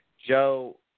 Joe